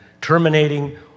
terminating